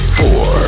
four